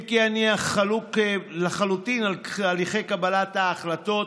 אם כי אני חלוק לחלוטין על הליכי קבלת ההחלטות,